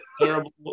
terrible